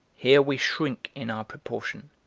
here we shrink in our proportion,